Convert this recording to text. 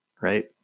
right